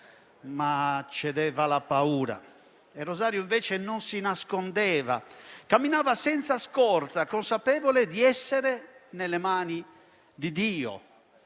ma cedeva alla paura. Rosario invece non si nascondeva, camminava senza scorta, consapevole di essere nelle mani di Dio